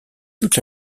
toute